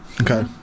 Okay